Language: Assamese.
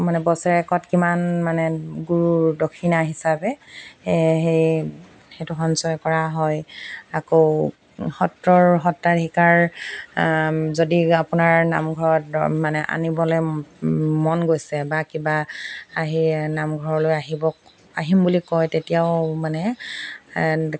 মানে বছেৰেকত কিমান মানে গুৰুৰ দক্ষিণা হিচাপে সেই সেই সেইটো সঞ্চয় কৰা হয় আকৌ সত্ৰৰ সত্ৰাধিকাৰ যদি আপোনাৰ নামঘৰত মানে আনিবলৈ মন গৈছে বা কিবা আহি নামঘৰলৈ আহিব আহিম বুলি কয় তেতিয়াও মানে